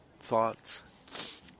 thoughts